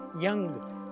young